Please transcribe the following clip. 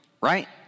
right